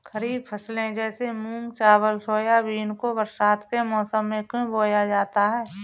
खरीफ फसले जैसे मूंग चावल सोयाबीन को बरसात के समय में क्यो बोया जाता है?